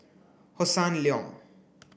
Hossan Leong